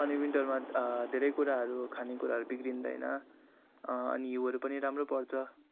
अनि विन्टरमा धेरै कुराहरू खाने कुराहरू बिग्रिँदैन हिउँहरू पनि राम्रो पर्छ